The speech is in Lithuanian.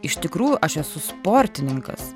iš tikrųjų aš esu sportininkas